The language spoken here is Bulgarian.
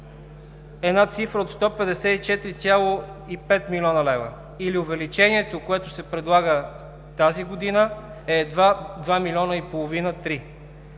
цифра от 154, 5 млн. лв., или увеличението, което се предлага тази година, е едва 2,5 – 3 млн.